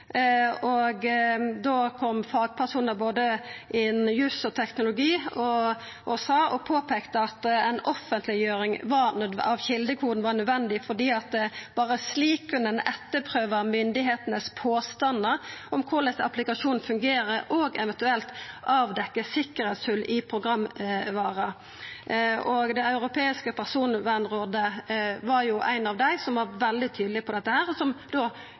kom fagpersonar innan både jus og teknologi og sa at ei offentleggjering av kjeldekoden var nødvendig, for berre slik kunne ein etterprøva påstandane frå myndigheitene om korleis applikasjonen fungerer, og eventuelt avdekkja sikkerheitshol i programvara. Det europeiske personvernrådet var blant dei som var veldig tydelege på dette, men som